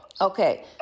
Okay